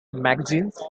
magazines